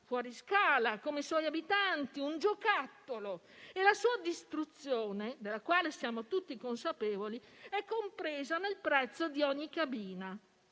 fuori scala, come i suoi abitanti, un giocattolo, e la sua distruzione - della quale siamo tutti consapevoli - è compresa nel prezzo di ogni cabina,